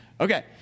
Okay